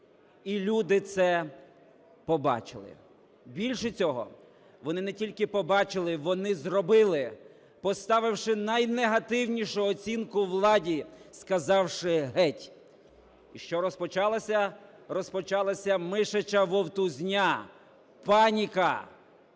І люди це побачили. Більше цього, вони не тільки побачили вони зробили, поставивши найнегативнішу оцінку владі, сказавши "геть". І що розпочалося? Розпочалася мишича вовтузня, паніка,